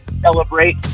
celebrate